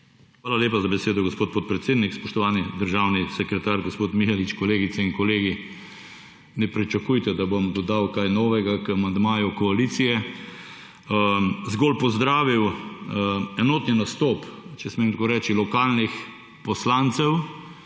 Hvala lepa za besedo, gospod podpredsednik. Spoštovani državni sekretar, gospod Mihelič, kolegice in kolegi! Ne pričakujte, da bom dodal kaj novega k amandmaju koalicije. Zgolj bi pozdravil enotni nastop, če smem tako reči lokalnih poslancev,